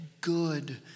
good